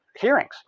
hearings